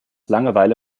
langeweile